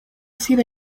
sido